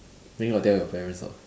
then got tell your parents or not